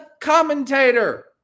commentator